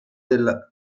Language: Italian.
del